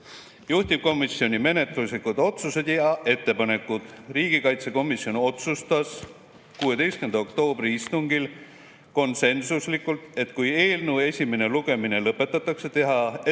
Juhtivkomisjoni menetluslikud otsused ja ettepanekud. Riigikaitsekomisjon otsustas 16. oktoobri istungil konsensuslikult, et kui eelnõu esimene lugemine lõpetatakse, siis tehakse